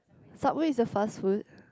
Subway is a fast food